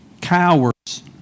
cowards